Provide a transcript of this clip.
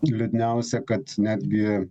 liūdniausia kad netgi